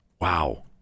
Wow